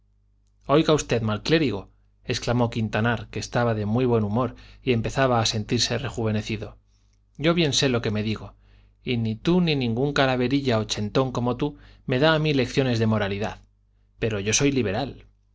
oiga usted mal clérigo exclamó quintanar que estaba de muy buen humor y empezaba a sentirse rejuvenecido yo bien sé lo que me digo y ni tú ni ningún calaverilla ochentón como tú me da a mí lecciones de moralidad pero yo soy liberal